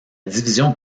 division